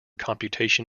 computation